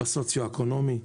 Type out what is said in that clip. בסוציואקונומי?